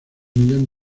millón